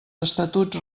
estatuts